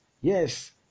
Yes